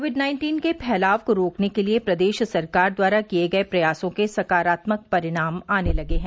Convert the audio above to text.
Covid nineteen के फैलाव को रोकने के लिए प्रदेश सरकार द्वारा किए गए प्रयासों के सकारात्मक परिणाम आने लगे हैं